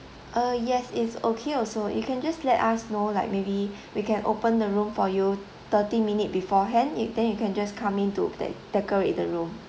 uh yes it's okay also you can just let us know like maybe we can open the room for you thirty minute beforehand it then you can just come in to de~ decorate the room